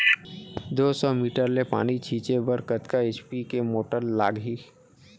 दो सौ मीटर ले पानी छिंचे बर कतका एच.पी के मोटर लागही?